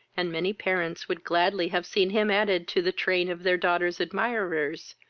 and many parents would gladly have seen him added to the train of their daughters' admirers,